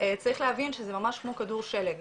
צריך להבין שזה ממש כמו כדור שלג,